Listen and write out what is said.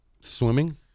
Swimming